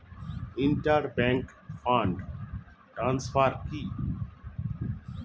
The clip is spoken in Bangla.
ইন্টার ব্যাংক ফান্ড ট্রান্সফার কি?